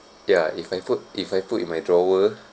ya if I put if I put in my drawer